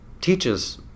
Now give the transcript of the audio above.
teaches